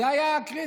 זה היה קריטי.